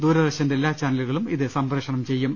ദൂരദർശന്റെ എല്ലാ ചാനലുകളും ഇത് സംപ്രേഷണം ചെയ്യും